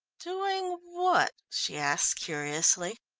doing what? she asked curiously.